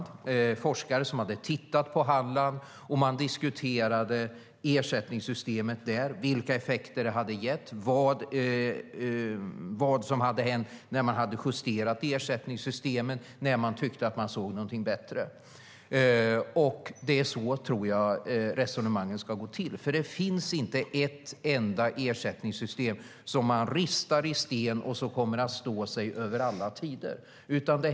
Det var forskare som hade tittat på Halland. De diskuterade vilka effekter ersättningssystemet där hade gett, vad som hade hänt när ersättningssystemet justerades när de tyckte att de såg något bättre. Det är så, tror jag, som resonemangen ska gå till. Det finns inte ett enda ersättningssystem som kan ristas i sten och som kommer att stå sig över alla tider.